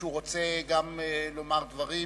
מישהו רוצה לומר דברים